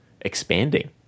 expanding